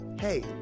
Hey